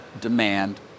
demand